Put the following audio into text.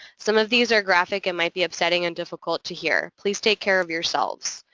some of these are graphic and might be upsetting and difficult to hear. please take care of yourselves.